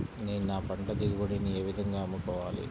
నేను నా పంట దిగుబడిని ఏ విధంగా అమ్ముకోవాలి?